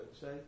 say